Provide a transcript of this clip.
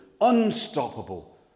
unstoppable